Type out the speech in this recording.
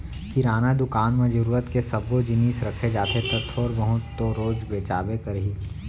किराना दुकान म जरूरत के सब्बो जिनिस रखे जाथे त थोर बहुत तो रोज बेचाबे करही